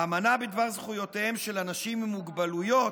האמנה בדבר זכויותיהם של אנשים עם מוגבלויות,